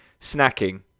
snacking